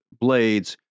blades